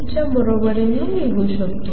च्या बरोबरीने लिहू शकतो